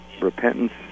repentance